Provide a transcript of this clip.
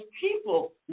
people